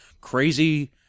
crazy